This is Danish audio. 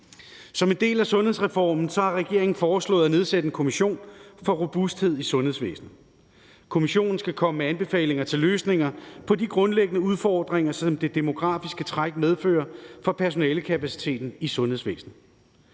Som en del af sundhedsreformen har regeringen foreslået at nedsætte en kommission for robusthed i sundhedsvæsenet. Kommissionen skal komme med anbefalinger til løsninger på de grundlæggende udfordringer, som det demografiske træk medfører for personalekapaciteten i sundhedsvæsenet.